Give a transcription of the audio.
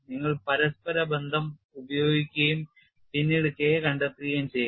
നിങ്ങൾ പരസ്പരബന്ധം ഉപയോഗിക്കുകയും പിന്നീട് K കണ്ടെത്തുകയും ചെയ്യുക